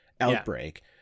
outbreak